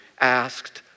asked